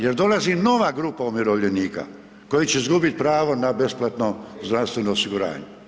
Jer dolazi nova grupa umirovljenika koja će izgubiti pravo na besplatno zdravstveno osiguranje.